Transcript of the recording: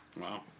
Wow